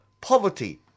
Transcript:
poverty